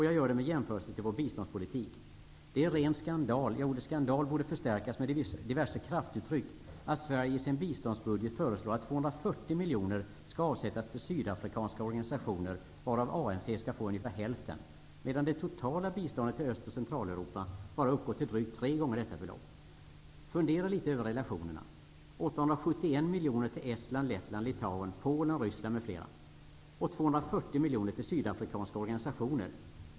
Jag gör det med en jämförelse med vår biståndspolitik. Det är en ren skandal -- ja, ordet skandal borde förstärkas med diverse kraftuttryck -- att Sverige i sin biståndsbudget föreslår att 240 miljoner kronor skall avsättas till sydafrikanska organisationer varav ANC skall få ungefär hälften, medan det totala biståndet till Öst och Centraleuropa bara uppgår till drygt tre gånger detta belopp. Fundera över relationerna -- 871 miljoner till Estland, miljoner till sydafrikanska organisationer.